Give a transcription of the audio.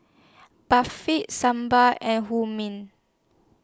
Barfi Sambar and Hummus